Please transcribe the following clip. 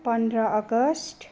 पन्ध्र अगस्ट